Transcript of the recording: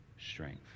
strength